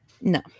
no